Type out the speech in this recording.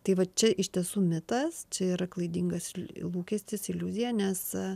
tai va čia iš tiesų mitas čia yra klaidingas lūkestis iliuzija nes